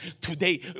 today